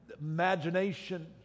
imagination